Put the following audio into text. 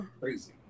Crazy